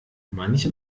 manche